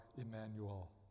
Emmanuel